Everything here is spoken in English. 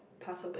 pass away